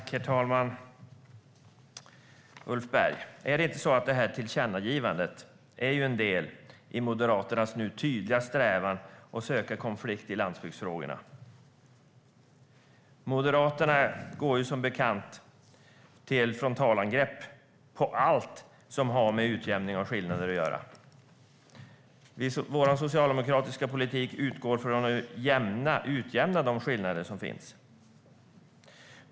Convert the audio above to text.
Herr talman! Är det inte så, Ulf Berg, att tillkännagivandet är en del i Moderaternas nu tydliga strävan att söka konflikt i landsbygdsfrågorna? Moderaterna går, som bekant, till frontalangrepp mot allt som har med utjämning av skillnader att göra. Vår socialdemokratiska politik utgår från att utjämna de skillnader som finns.